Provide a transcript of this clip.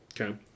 Okay